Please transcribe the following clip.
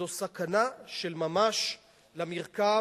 זו סכנה של ממש למרקם,